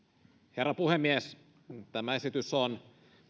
herra puhemies tämä esitys on